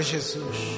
Jesus